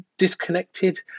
disconnected